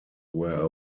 were